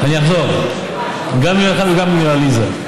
אני אחזור, גם בשבילך וגם בשביל עליזה: